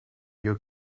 you